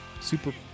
Super